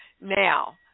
Now